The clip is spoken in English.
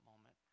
moment